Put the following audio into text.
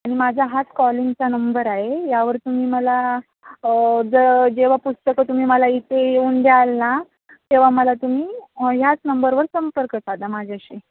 आणि माझा हाच कॉलिंगचा नंबर आहे यावर तुम्ही मला ज जेव्हा पुस्तकं तुम्ही मला इथे येऊन द्याल ना तेव्हा मला तुम्ही ह्याच नंबरवर संपर्क साधा माझ्याशी